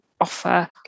offer